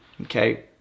Okay